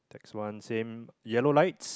this one same yellow lights